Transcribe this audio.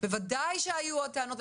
בוודאי שהיו עוד טענות,